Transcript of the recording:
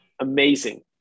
amazing